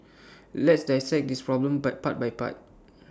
let's dissect this problem by part by part